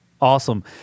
Awesome